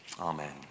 Amen